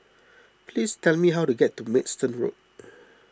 please tell me how to get to Maidstone Road